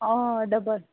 ऑ double